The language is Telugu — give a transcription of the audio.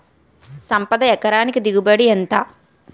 సంపద ఎకరానికి దిగుబడి ఎంత?